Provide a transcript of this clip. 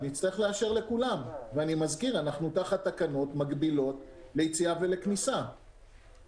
היא נדרשת לטובת הניהול התקין של יחסי החוץ של ישראל או ביטחון המדינה,